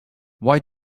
why